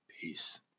Peace